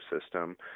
system